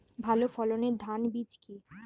ভালো ফলনের ধান বীজ কি?